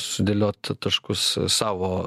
sudėliot taškus savo